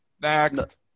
next